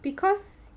because